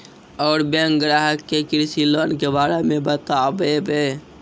और बैंक ग्राहक के कृषि लोन के बारे मे बातेबे?